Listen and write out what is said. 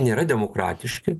nėra demokratiški